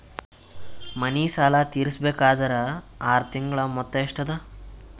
ಮನೆ ಸಾಲ ತೀರಸಬೇಕಾದರ್ ಆರ ತಿಂಗಳ ಮೊತ್ತ ಎಷ್ಟ ಅದ?